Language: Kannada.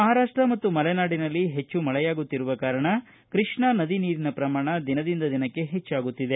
ಮಹಾರಾಪ್ಟ ಮತ್ತು ಮಲೆನಾಡಿನಲ್ಲಿ ಹೆಚ್ಚು ಮಳೆಯಾಗುತ್ತಿರುವ ಕಾರಣ ಕೃಷ್ಣಾ ನದಿ ನೀರಿನ ಪ್ರಮಾಣ ದಿನದಿಂದ ದಿನಕ್ಕೆ ಹೆಚ್ಚಾಗುತ್ತಿದೆ